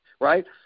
Right